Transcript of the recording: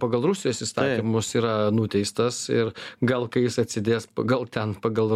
pagal rusijos įstatymus yra nuteistas ir gal kai jis atsidės pagal ten pagal